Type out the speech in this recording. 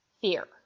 fear